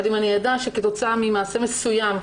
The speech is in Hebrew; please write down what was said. אבל אם אני אדע שכתוצאה ממעשה מסוים,